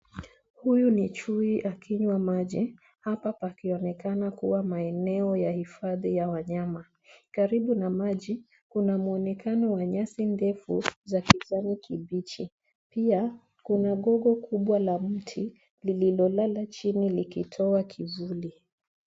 Huyu ni chui akinywa maji. Hapa pakionekana kuwa ni maeneo ya hifadhi ya wanyama. Karibu na maji, kuna mwonekano wa nyasi ndefu za kijani kibichi. Pia, kuna gogo kubwa la mti lililolala chini likitoa kivuli.